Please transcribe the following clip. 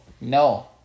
No